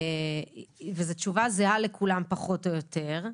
זו תשובה זהה לכולם פחות או יותר.